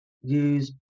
use